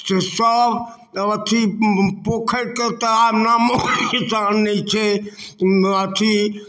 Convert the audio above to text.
से सब अथी पो पोखैर के तऽ आब नामोनिसान नै छै अथी